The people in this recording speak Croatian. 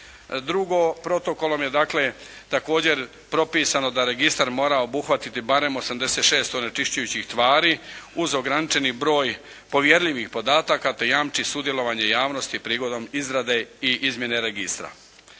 Drugo, protokolom je dakle također propisano da registar mora obuhvatiti barem 86 onečišćujućih tvari uz ograničeni broj povjerljivih podataka te jamči sudjelovanje javnosti prigodom izrade i izmjene registra.